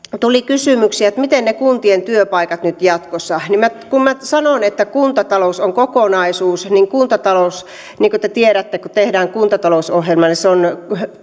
tuli kysymyksiä siitä miten käy kuntien työpaikkojen nyt jatkossa minä sanon että kuntatalous on kokonaisuus ja niin kuin te tiedätte kun tehdään kuntatalousohjelmaa niin se on